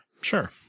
Sure